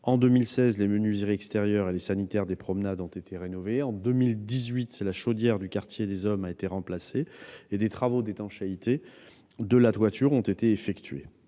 en 2016, les menuiseries extérieures et les sanitaires des promenades ont été rénovés ; en 2018, la chaudière du quartier des hommes a été remplacée et des travaux d'étanchéité de la toiture ont été réalisés